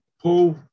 Paul